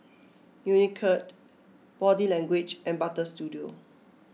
Unicurd Body Language and Butter Studio